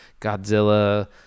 Godzilla